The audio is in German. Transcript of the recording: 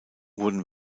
wurden